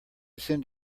send